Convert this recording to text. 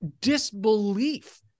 disbelief